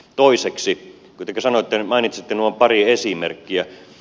toiseksi kun te mainitsitte nuo pari esimerkkiä